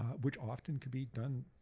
which often can be done